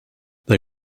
they